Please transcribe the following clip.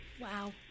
Wow